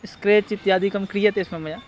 scratch इत्यादिकं क्रियते स्म मया